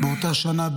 באותה שנה,